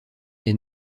est